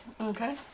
okay